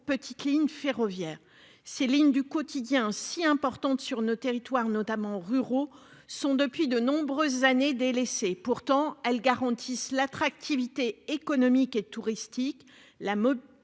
petites lignes ferroviaires. Ces lignes du quotidien, si importantes dans nos territoires, notamment ruraux, sont depuis de nombreuses années délaissées. Pourtant, elles garantissent l'attractivité économique et touristique, ainsi